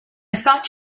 thought